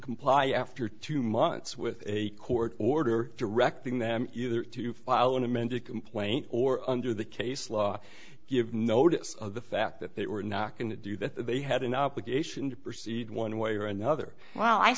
comply after two months with a court order directing them either to file an amended complaint or under the case law give notice of the fact that they were not going to do that they had an obligation to proceed one way or another well i